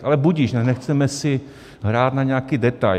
Ale budiž, nechceme si hrát na nějaký detail.